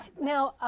now,